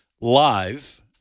live